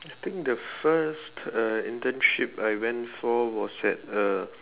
I think the first uh internship I went for was at a